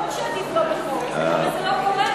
ברור שעדיף לא בחוק, אבל זה לא קורה.